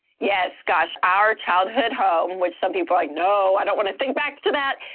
yes. gosh, our childhood home, which some people i know, i don't want to think back to that,